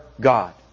God